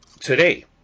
Today